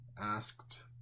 asked